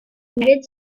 united